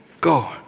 Go